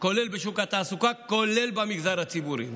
כולל בשוק התעסוקה, כולל במגזר הציבורי.